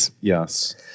Yes